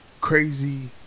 crazy